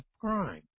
crime